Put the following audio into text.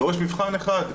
דורש מבחן אחד,